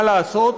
מה לעשות,